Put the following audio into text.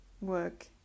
work